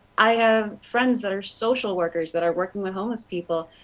i have friends that are social workers that are working with homeless people,